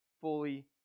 fully